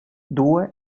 due